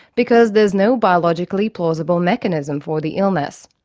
because there's no biologically plausible mechanism for the illness.